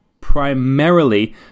Primarily